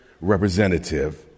representative